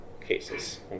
cases